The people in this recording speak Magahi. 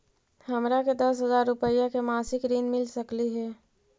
हमरा के दस हजार रुपया के मासिक ऋण मिल सकली हे?